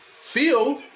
Feel